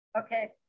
okay